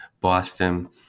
Boston